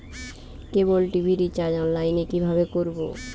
কেবল TV recharge online এ কিভাবে করব?